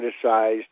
criticized